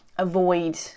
avoid